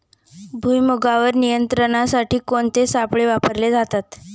भुईमुगावर नियंत्रणासाठी कोणते सापळे वापरले जातात?